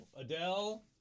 Adele